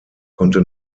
konnte